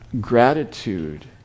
gratitude